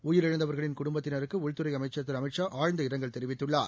உயிரிழந்தவர்களின் குடும்பத்தினருக்குஉள்துறைஅமைச்ச் திருஅமித்ஷா ஆழ்ந்த இரங்கல் தெரிவித்துள்ளார்